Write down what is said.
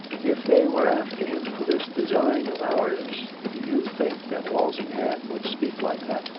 if they were after him for this design of ours do you think that walsingham would speak like that?